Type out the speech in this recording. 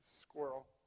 Squirrel